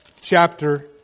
chapter